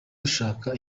dushaka